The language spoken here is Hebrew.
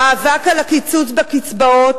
המאבק על הקיצוץ בקצבאות